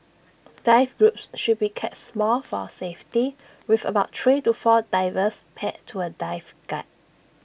dive groups should be kept small for safety with about three to four divers paired to A dive guide